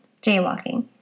jaywalking